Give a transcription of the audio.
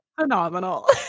phenomenal